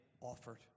offered